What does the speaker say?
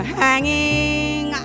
hanging